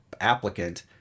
applicant